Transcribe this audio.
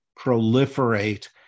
proliferate